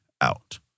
out